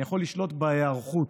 אני יכול לשלוט בהיערכות.